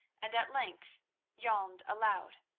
and at length yawned aloud.